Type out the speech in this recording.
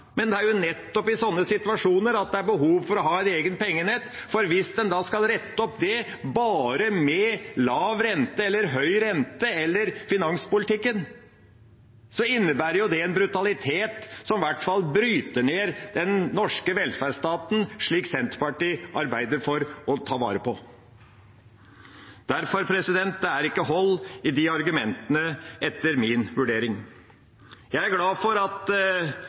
Men det er nettopp i sånne situasjoner at det er behov for å ha en egen pengeenhet, for hvis en skal rette opp det bare med lav rente, høy rente eller finanspolitikken, innebærer det en brutalitet som i hvert fall bryter ned den norske velferdsstaten, som Senterpartiet arbeider for å ta vare på. Derfor: Det er ikke hold i de argumentene, etter min vurdering. Jeg er glad for at